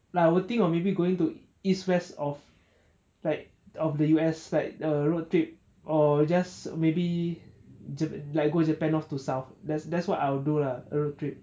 like I would think or maybe going to east west of like of the U_S like a road trip or just maybe just like go japan north to south that's that's what I would do lah a road trip